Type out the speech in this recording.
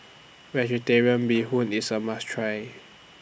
Vegetarian Bee Hoon IS A must Try